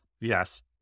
yes